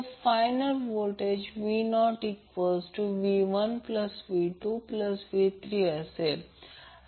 तर final voltage v0v1v2v3 असेल